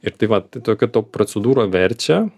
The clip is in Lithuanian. ir tai vat tai tokia to procedūra verčia